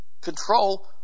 control